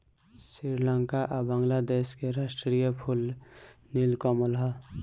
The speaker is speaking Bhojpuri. श्रीलंका आ बांग्लादेश के राष्ट्रीय फूल नील कमल ह